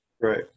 Right